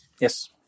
yes